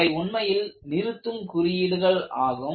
அவை உண்மையில் நிறுத்தும் குறியீடுகள் ஆகும்